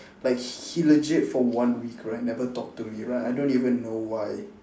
like he he legit for one week right never talk to me like I don't even know why